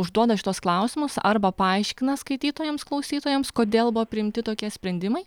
užduoda šituos klausimus arba paaiškina skaitytojams klausytojams kodėl buvo priimti tokie sprendimai